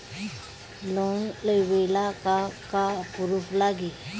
Loan लेबे ला का का पुरुफ लागि?